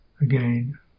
Again